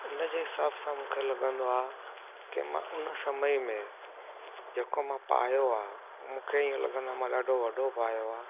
हुन जे हिसाब सां मूंखे लॻंदो आहे की मां हुन समय में जेको मां पायो आहे हू मूंखे हीअं लॻंदो आहे मां ॾाढो वॾो पायो आहे